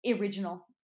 original